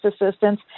assistance